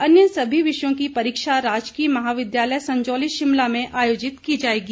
अन्य सभी विषयों की परीक्षा राजकीय महाविद्यालय संजौली शिमला में आयोजित की जाएगी